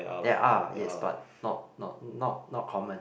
they are yes but not not not not common